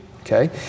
okay